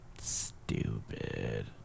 stupid